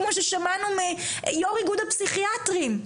כמו ששמענו מיו"ר אגוד הפסיכיאטרים,